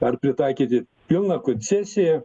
ar pritaikyti pilną koncesiją